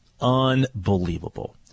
Unbelievable